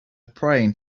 praying